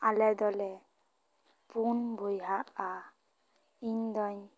ᱟᱞᱮᱫᱚᱞᱮ ᱯᱩᱱ ᱵᱚᱭᱦᱟᱼᱟ ᱤᱧ ᱫᱚᱧ